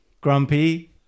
Grumpy